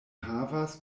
havas